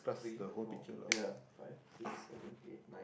three four yeah five six seven eight nine